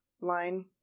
line